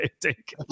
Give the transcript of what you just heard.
take